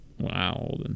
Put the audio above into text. wow